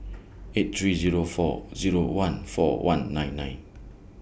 eight three Zero four Zero one four one nine nine